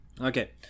okay